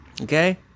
Okay